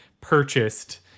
purchased